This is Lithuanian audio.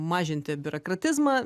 mažinti biurokratizmą